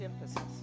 emphasis